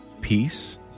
peace